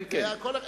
כן, כן.